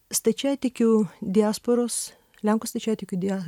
stačiatikių diasporos lenkų stačiatikių dia